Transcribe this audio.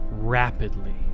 rapidly